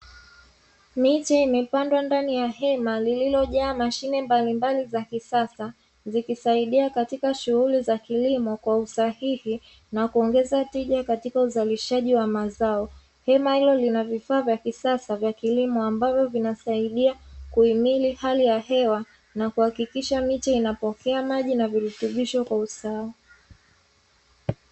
Miti imepandwa ndani ya hema lililojaa mashine mbalimbali za kisasa zikisaidia katika shughuli za kilimo kwa usahihi na kuongeza tija katika uzalishaji wa mazao. Hema hilo lina vifaa vya kisasa vya kilimo ambavyo vinasaidia kuhimili hali ya hewa na kuhakikisha miche inapokea maji na virutubisho kwa usawa.